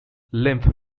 lymph